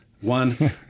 One